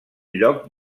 lloc